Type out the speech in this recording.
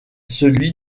celui